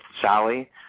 sally